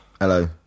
Hello